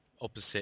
opposite